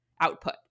output